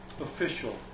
official